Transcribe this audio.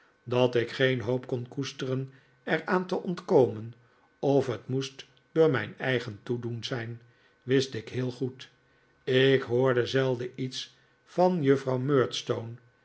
dat ik geen hoop kon koesteren er aan te ontkomen of het moest door mijn eigen toedoen zijn wist ik heel goed ik hoorde zelden iets van juffrouw